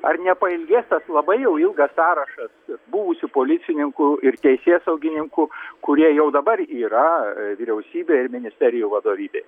ar nepailgės tas labai jau ilgas sąrašas buvusių policininkų ir teisėsaugininkų kurie jau dabar yra vyriausybėj ir ministerijų vadovybėj